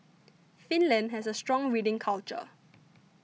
finland has a strong reading culture